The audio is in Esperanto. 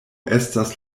estas